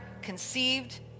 conceived